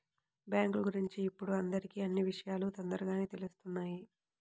బ్యేంకుల గురించి ఇప్పుడు అందరికీ అన్నీ విషయాలూ తొందరగానే తెలుత్తున్నాయి